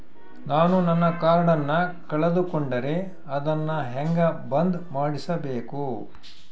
ನಾನು ನನ್ನ ಕಾರ್ಡನ್ನ ಕಳೆದುಕೊಂಡರೆ ಅದನ್ನ ಹೆಂಗ ಬಂದ್ ಮಾಡಿಸಬೇಕು?